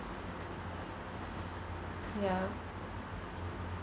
ya